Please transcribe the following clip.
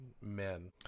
men